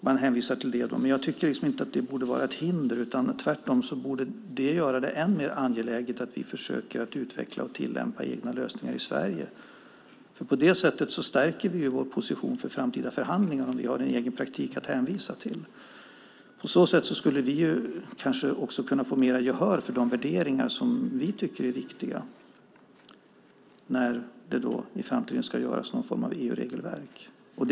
Man hänvisar till det. Men jag tycker inte att det borde vara ett hinder. Tvärtom borde det göra det än mer angeläget att vi försöker att utveckla och tillämpa egna lösningar i Sverige. Vi stärker vår position inför framtida förhandlingar om vi har en egen praktik att hänvisa till. Vi skulle kunna få mer gehör för de värderingar som vi tycker är viktiga när det i framtiden ska göras någon form av EU-regelverk.